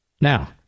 Now